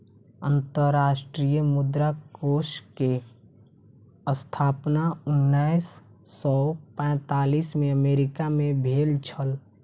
अंतर्राष्ट्रीय मुद्रा कोष के स्थापना उन्नैस सौ पैंतालीस में अमेरिका मे भेल छल